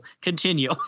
Continue